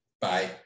bye